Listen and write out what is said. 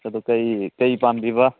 ꯑꯗꯨ ꯀꯔꯤ ꯄꯥꯝꯕꯤꯕ